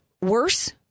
worse